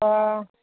ओ